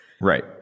Right